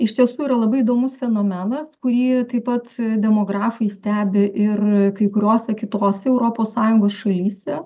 iš tiesų yra labai įdomus fenomenas kurį taip pat demografai stebi ir kai kuriose kitose europos sąjungos šalyse